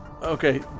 Okay